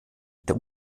der